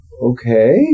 Okay